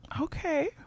okay